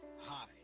Hi